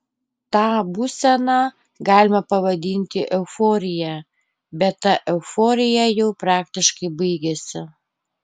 tą būseną galima pavadinti euforija bet ta euforija jau praktiškai baigėsi